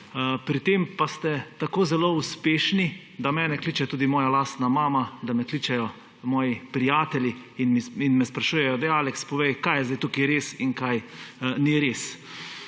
Pri tem pa ste tako zelo uspešni, da mene kliče tudi moja lastna mama, da me kličejo moji prijatelji in me sprašujejo, daj Aleks, povej, kaj je zdaj tukaj res in kaj ni res.